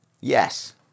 yes